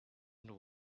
and